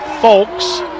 Folks